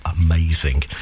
Amazing